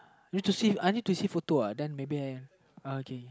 you have to see I need to see photo what then maybe I am uh okay